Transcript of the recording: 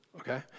okay